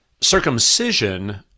Circumcision